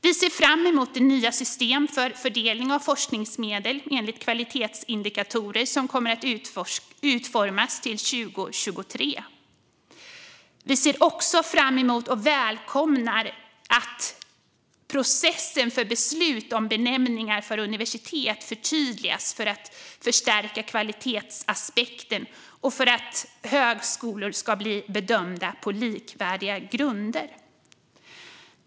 Vi ser fram emot det nya system för fördelning av forskningsmedel enligt kvalitetsindikatorer som kommer att utformas till 2023. Vi ser också fram emot och välkomnar att processen för beslut om benämningar för universitet förtydligas för att förstärka kvalitetsaspekten och för att högskolor ska bli bedömda på likvärdiga grunder.